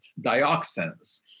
Dioxins